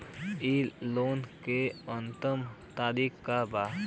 इ लोन के अन्तिम तारीख का बा?